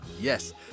Yes